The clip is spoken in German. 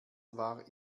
war